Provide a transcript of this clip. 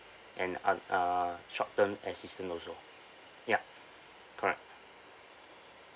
and o~ uh short term assistance also ya correct